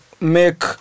make